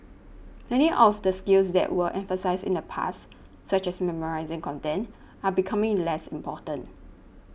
many of the skills that were emphasised in the past such as memorising content are becoming less important